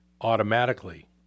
automatically